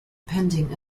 pending